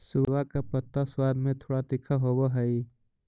सोआ का पत्ता स्वाद में थोड़ा तीखा होवअ हई